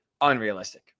Unrealistic